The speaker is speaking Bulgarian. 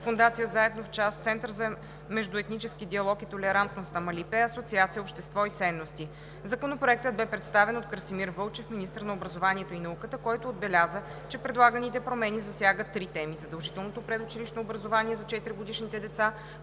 Фондацията „Заедно в час“, Центърът за междуетнически диалог и толерантност „Амалипе“, Асоциацията „Общество и ценности“. Законопроектът бе представен от Красимир Вълчев – министър на образованието и науката, който отбеляза, че предлаганите промени засягат три теми – задължителното предучилищно образование за 4-годишните деца,